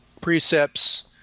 precepts